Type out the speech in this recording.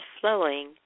flowing